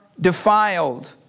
defiled